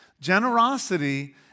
Generosity